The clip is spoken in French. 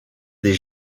des